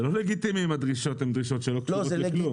זה לא לגיטימי אם הדרישות הן דרישות שלא קשורות לכלום.